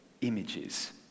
images